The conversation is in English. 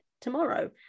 tomorrow